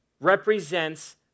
represents